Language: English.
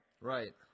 Right